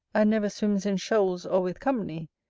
and never swims in shoals or with company,